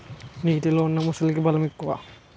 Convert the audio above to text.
నీటిలో ఉన్న మొసలికి బలం ఎక్కువ